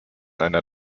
einer